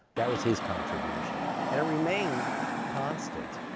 that was his contribution. and it remained constant.